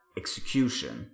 execution